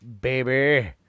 baby